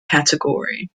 category